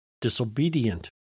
disobedient